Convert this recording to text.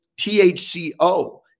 THCO